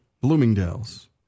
bloomingdale's